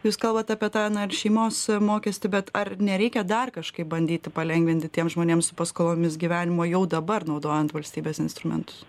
jūs kalbat apie tą na ir šeimos mokestį bet ar nereikia dar kažkaip bandyti palengvinti tiems žmonėms su paskolomis gyvenimo jau dabar naudojant valstybės instrumentus